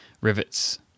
rivets